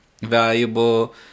valuable